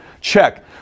Check